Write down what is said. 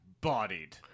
bodied